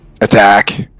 attack